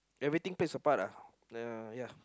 everything plays a part uh ya